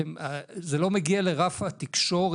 זה לא מגיע לרף התקשורת,